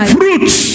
fruits